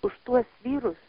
už tuos vyrus